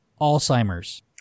Alzheimer's